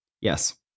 Yes